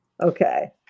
Okay